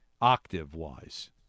octave-wise